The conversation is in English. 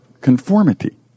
conformity